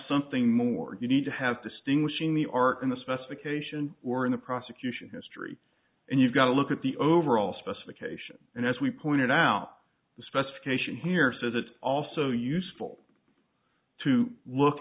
something more you need to have distinguishing the art in the specification or in the prosecution history and you've got to look at the overall specification and as we pointed out the specification here says it's also useful to look